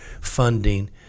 funding